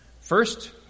First